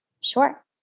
sure